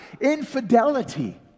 infidelity